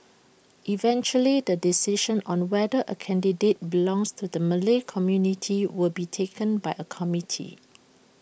eventually the decision on whether A candidate belongs to the Malay community will be taken by A committee